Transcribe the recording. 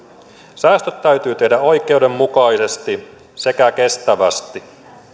säästöt täytyy tehdä oikeudenmukaisesti sekä kestävästi